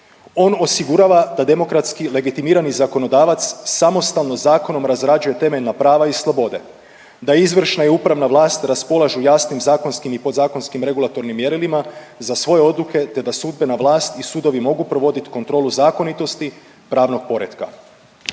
On osigurava da demokratski legitimirani zakonodavac samostalno zakonom razrađuje temeljna prava i slobode. Da izvršna i upravna vlast raspolažu jasnim zakonskim i podzakonskim regulatornim mjerilima za svoje odluke te da sudbena vlast i sudovi mogu provodit kontrolu zakonitosti pravnog poretka.